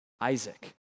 Isaac